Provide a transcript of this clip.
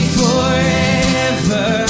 forever